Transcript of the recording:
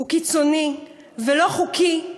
הוא קיצוני ולא חוקי,